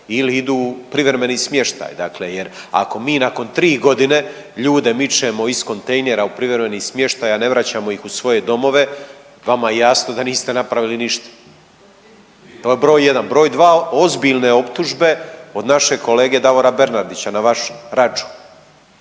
ili idu u privremeni smještaj dakle jer ako mi nakon 3 godine ljude mičemo iz kontejnera u privremeni smještaj, a ne vraćamo ih u svoje domove, vama je jasno da niste napravili ništa. To je broj 1, broj 2, ozbiljne optužbe od našeg kolege Davora Bernardića na vaš račun.